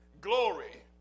glory